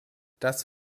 das